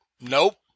nope